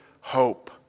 hope